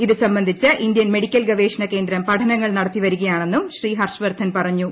ഇത് സംബന്ധിച്ച് Indian medical ഗ്രദ്വേഷണ കേന്ദ്രം ഗവേഷണ പഠനങ്ങൾ നടത്തി വരികയാണ്ണിന്നും ശ്രീ ഹർഷ് വർധൻ പറഞ്ഞു